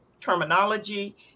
terminology